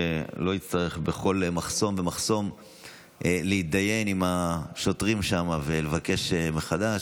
שלא יצטרכו להתדיין עם השוטרים שם בכל מחסום ומחסום ולבקש מחדש.